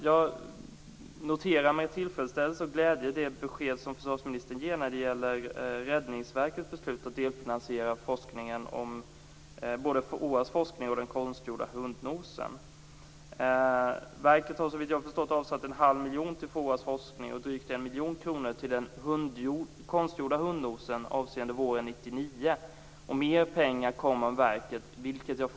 Jag noterar med tillfredsställelse och glädje det besked som försvarsministern ger när det gäller Räddningsverkets beslut att delfinansiera både FOA:s forskning och den konstgjorda hundnosen. Verket har såvitt jag förstått avsatt en halv miljon kronor till FOA:s forskning och drygt en miljon kronor till den konstgjorda hundnosen avseende våren 1999. Och mer pengar kommer, det förutsätter jag.